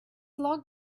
log